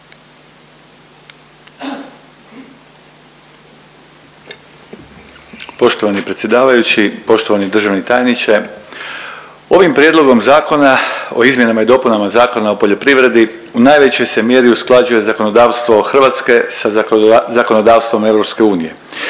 Poštovani predsjedavajući, poštovani državni tajniče ovim Prijedlogom Zakona o izmjenama i dopunama Zakona o poljoprivredi u najvećoj se mjeri usklađuje zakonodavstvo Hrvatske sa zakonodavstvom EU.